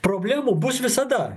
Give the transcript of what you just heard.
problemų bus visada